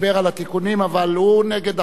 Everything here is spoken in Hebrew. אבל הוא נגד החוק בכלל,